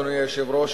אדוני היושב-ראש,